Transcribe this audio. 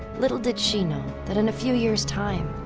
little did she know that in a few years' time,